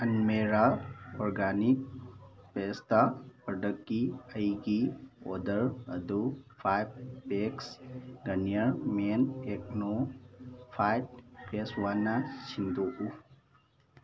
ꯑꯟꯃꯤꯔꯥ organic ꯄꯦꯁꯇꯥ ꯄ꯭ꯔꯗꯛꯀꯤ ꯑꯩꯒꯤ ꯑꯣꯔꯗꯔ ꯑꯗꯨ ꯐꯥꯏꯚ ꯄꯦꯛꯁ ꯒ꯭ꯔꯥꯅꯤꯌꯔ ꯃꯦꯟ ꯑꯦꯛꯅꯣ ꯐꯥꯏꯠ ꯐꯦꯁ ꯋꯥꯁꯅ ꯁꯤꯟꯗꯣꯛꯎ